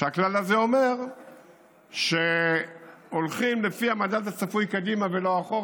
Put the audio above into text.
והכלל הזה אומר שהולכים לפי המדד הצפוי קדימה ולא אחורה.